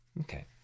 Okay